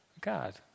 God